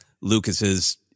lucas's